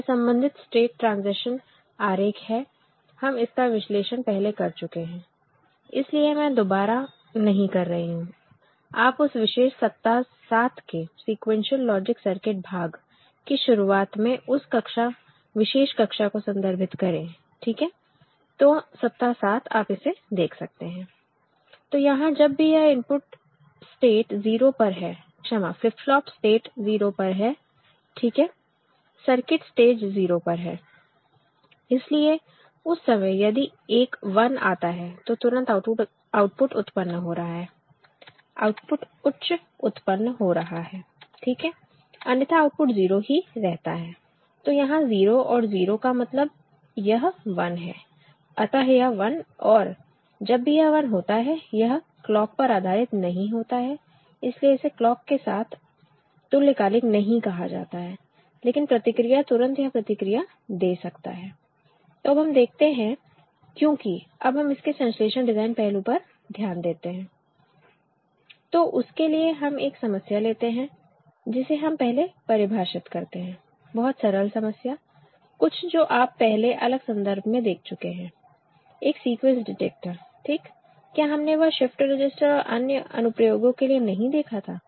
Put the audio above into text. यह संबंधित state transition आरेख है हम इसका विश्लेषण पहले कर चुके हैं इसलिए मैं दोबारा नहीं कर रही हूं आप उस विशेष सप्ताह 7 के सीक्वेंशियल लॉजिक सर्किट भाग की शुरुआत में उस विशेष कक्षा को संदर्भित करें ठीक है तो सप्ताह 7 आप इसे देख सकते हैं तो यहां जब भी यह इनपुट स्टेट 0 पर है क्षमा फ्लिप फ्लॉप स्टेट 0 पर है ठीक है सर्किट स्टेज 0 पर है इसलिए उस समय यदि एक 1 आता है तो तुरंत आउटपुट उत्पन्न हो रहा है आउटपुट उच्च उत्पन्न हो रहा है ठीक है अन्यथा आउटपुट 0 ही रहता है तो यहां 0 और 0 का मतलब यह 1 है अतः यह 1 और जब भी यह 1 होता है यह क्लॉक पर आधारित नहीं होता है इसलिए इसे क्लॉक के साथ तुल्यकालिक नहीं कहा जाता है लेकिन प्रतिक्रिया तुरंत यह प्रतिक्रिया दे सकता है तो अब हम देखते हैं क्योंकि अब हम इसके संश्लेषण डिजाइन पहलू पर ध्यान देते हैं तो उसके लिए हम एक समस्या लेते हैं जिसे हम पहले परिभाषित करते हैं बहुत सरल समस्या कुछ जो आप पहले अलग संदर्भ में देख चुके हैं एक सीक्विंस डिटेक्टर ठीक क्या हमने वह शिफ्ट रजिस्टर और अन्य अनुप्रयोगों के लिए नहीं देखा था